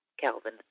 Calvin